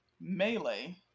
melee